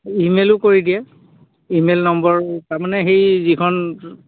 ইমেইলো কৰি দিয়ে email number তাৰমানে সেই যিখন